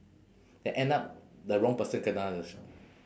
then end up the wrong person kena the